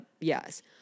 yes